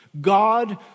God